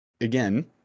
again